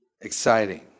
Exciting